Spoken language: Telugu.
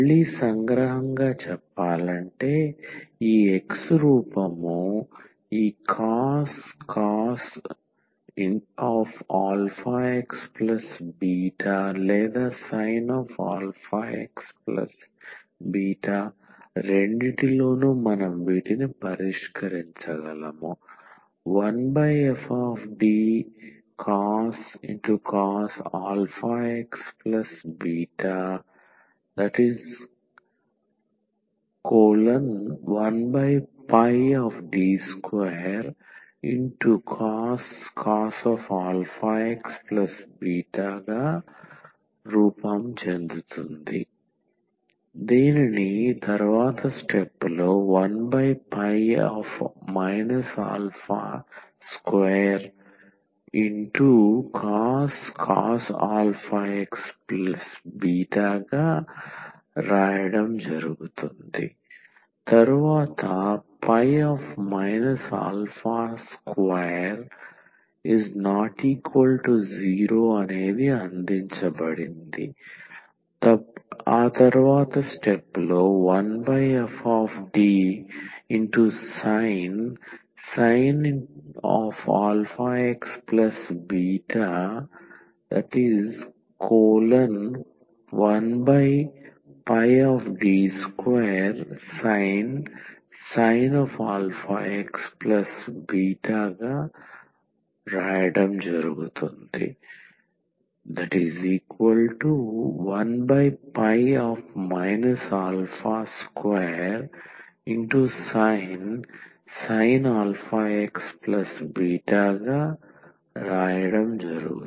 మళ్ళీ సంగ్రహంగా చెప్పాలంటే ఈ X రూపం ఈ cos αxβ లేదా sinαxβ రెండింటిలోనూ మనం వీటిని పరిష్కరించగలము 1fDcos αxβ 1D2cos αxβ 1 α2cos αxβ అందించబడింది 2≠0 1fDsin αxβ 1D2sin αxβ 1 α2sin αxβ